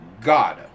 God